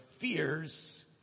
fears